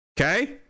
Okay